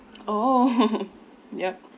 oh yup